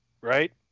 right